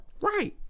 Right